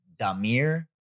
Damir